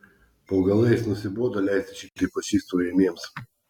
po galais nusibodo leistis šitaip fašistų ujamiems